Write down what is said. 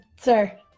sir